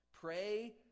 pray